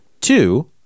two